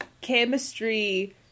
chemistry